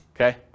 Okay